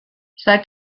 seit